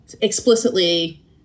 explicitly